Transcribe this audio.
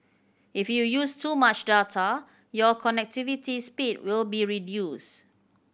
if you use too much data your connectivity speed will be reduced